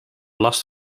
last